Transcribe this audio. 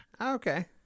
Okay